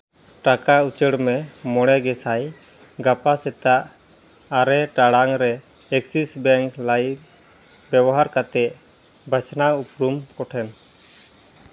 ᱴᱟᱠᱟ ᱩᱪᱟᱹᱲ ᱢᱮ ᱢᱚᱬᱮ ᱜᱮᱥᱟᱭ ᱜᱟᱯᱟ ᱥᱮᱛᱟᱜ ᱟᱨᱮ ᱴᱟᱲᱟᱝ ᱨᱮ ᱮᱠᱥᱤᱥ ᱵᱮᱝᱠ ᱞᱟᱭᱤᱢ ᱵᱮᱵᱚᱦᱟᱨ ᱠᱟᱛᱮᱫ ᱵᱟᱪᱷᱱᱟᱣ ᱩᱯᱨᱩᱢ ᱠᱚᱴᱷᱮᱱ